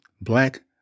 black